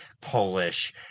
Polish